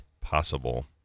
possible